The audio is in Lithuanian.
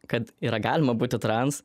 kad yra galima būti trans